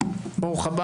אשר על כן,